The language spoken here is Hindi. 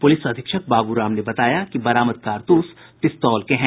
पुलिस अधीक्षक बाबू राम ने बताया कि बरामद कारतूस पिस्तौल के हैं